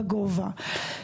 בגובה,